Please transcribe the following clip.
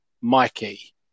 Mikey